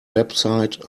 website